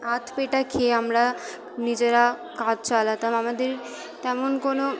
আধপেটা খেয়ে আমরা নিজেরা কাজ চালাতাম আমাদের তেমন কোনো